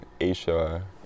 Asia